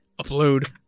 upload